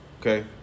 Okay